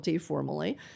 Formally